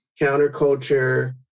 counterculture